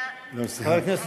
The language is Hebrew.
אתה יודע שאתה בסוף,